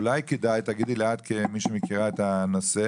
אולי כדאי תגידי לי את, כמי שמכירה את הנושא